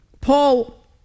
Paul